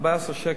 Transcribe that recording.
14 שקל.